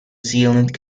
zealand